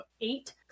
eight